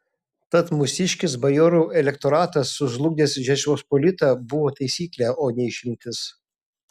tad mūsiškis bajorų elektoratas sužlugdęs žečpospolitą buvo taisyklė o ne išimtis